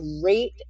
great